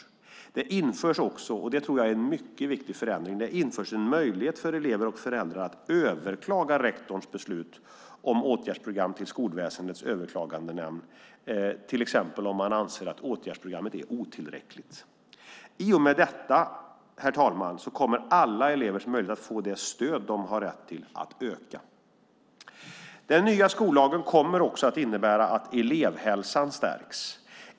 Det införs också, och det tror jag är en mycket viktig förändring, en möjlighet för elever och föräldrar att överklaga rektorns beslut om åtgärdsprogram till Skolväsendets överklagandenämnd, till exempel om man anser att åtgärdsprogrammet är otillräckligt. I och med detta kommer alla elevers möjlighet att få det stöd de har rätt till att öka. Den nya skollagen kommer också att innebära att elevhälsan stärks.